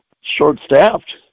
short-staffed